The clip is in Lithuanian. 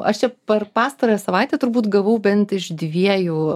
aš čia per pastarąją savaitę turbūt gavau bent iš dviejų